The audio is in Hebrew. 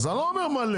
אז אני לא אומר מלא,